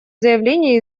заявление